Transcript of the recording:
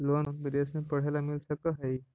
Loan विदेश में पढ़ेला मिल सक हइ?